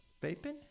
vaping